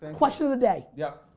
and question of the day. yep.